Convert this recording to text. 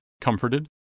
comforted